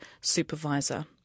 supervisor